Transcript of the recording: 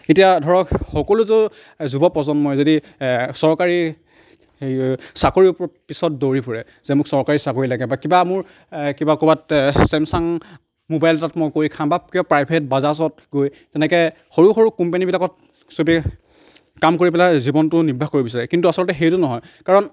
এতিয়া ধৰক সকলোটো যুৱ প্ৰজন্মই যদি চৰকাৰী চাকৰিৰ পিছত দৌৰি ফুৰে যে মোক চৰকাৰী লাগে বা কিবা মোৰ কিবা ক'ৰবাত ছেমছাং ম'বাইল এটাত কৰি খাম বা কিবা প্ৰাইভেট বাজাজত গৈ তেনেকে সৰু সৰু কোম্পানীবিলাকত চবেই কাম কৰি পেলাই জীৱনটো নিৰ্বাহ কৰিব বিচাৰে কিন্তু আচলতে সেইটো নহয় কাৰণ